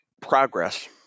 progress